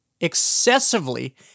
excessively